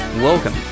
Welcome